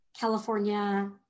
California